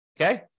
Okay